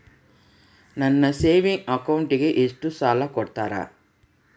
ನನ್ನ ಸೇವಿಂಗ್ ಅಕೌಂಟಿಗೆ ಎಷ್ಟು ಸಾಲ ಕೊಡ್ತಾರ?